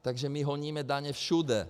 Takže my honíme daně všude.